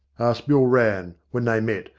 asked bill rann, when they met,